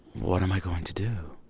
what am i going to do?